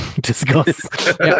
Disgust